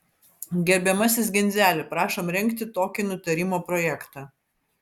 gerbiamasis genzeli prašom rengti tokį nutarimo projektą